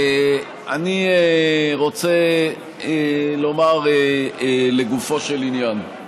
אני רוצה לומר לגופו של עניין: